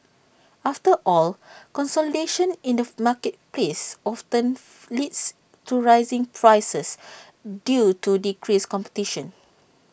after all consolidation in the marketplace often leads to rising prices due to decreased competition